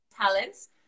talents